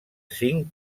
cinc